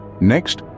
next